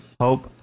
Hope